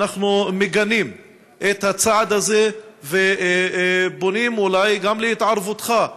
אנחנו מגנים את הצעד הזה ופונים אולי גם להתערבותך,